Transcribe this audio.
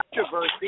controversy